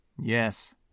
Yes